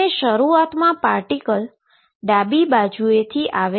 શરૂઆતમાં પાર્ટીકલ ડાબી બાજુએથી આવે છે